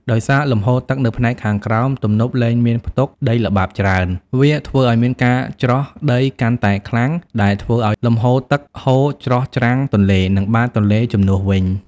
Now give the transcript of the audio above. ដោយសារលំហូរទឹកនៅផ្នែកខាងក្រោមទំនប់លែងមានផ្ទុកដីល្បាប់ច្រើន វាធ្វើឲ្យមានការច្រោះដីកាន់តែខ្លាំងដែលធ្វើឲ្យលំហូរទឹកហូរច្រោះច្រាំងទន្លេ និងបាតទន្លេ ជំនួសវិញ។